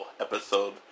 episode